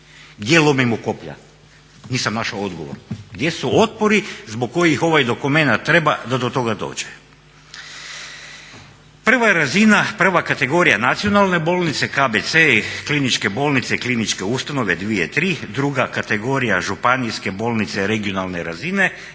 Gdje lomimo koplja? Nisam našao odgovor. Gdje su otpori zbog kojih ovaj dokumenat treba da do toga dođe. Prva je razina, prva kategorija nacionalne bolnice, KBC, kliničke bolnice, kliničke ustanove dvije tri. Druga kategorija županijske bolnice regionalne razine i